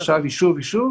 ישב על יישוב-יישוב,